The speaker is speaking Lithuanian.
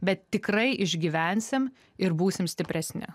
bet tikrai išgyvensim ir būsim stipresni